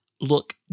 look